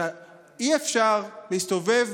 אי-אפשר להסתובב